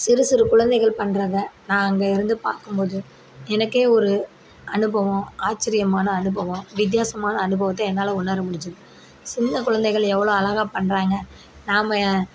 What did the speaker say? சிறு சிறு குழந்தைகள் பண்றதை நான் அங்கேருந்து பார்க்கும்போது எனக்கே ஒரு அனுபவம் ஆச்சர்யமான அனுபவம் வித்தியாசமான அனுபவத்தை என்னால் உணரமுடிஞ்சுது சின்ன குழந்தைகள் எவ்வளோ அழகாக பண்ணுறாங்க நாம்